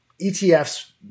ETFs